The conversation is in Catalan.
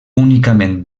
únicament